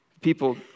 People